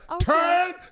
Turn